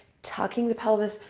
tucking the pelvis,